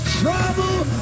trouble